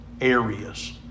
areas